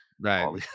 Right